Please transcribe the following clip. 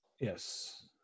Yes